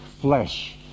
flesh